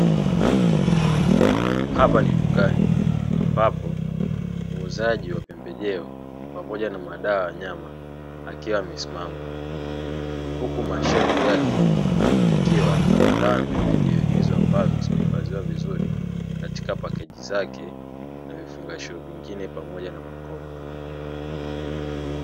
Hapa ni dukani ambapo muuzaji wa pembejeo pamoja na madawa ya wanyama akiwa amesimama, huku mashelfu yakiwa na madawa hayo na pembejeo ambazo zimehifadhiwa vizuri katika pakeji zake na vifungashio pamoja na makopo.